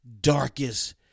darkest